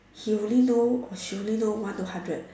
he only know or she only know one to hundred